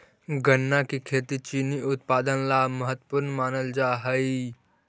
गन्ना की खेती चीनी उत्पादन ला महत्वपूर्ण मानल जा हई